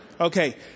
Okay